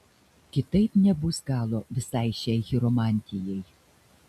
kitaip nebus galo visai šiai chiromantijai